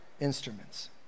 instruments